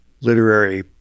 literary